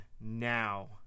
now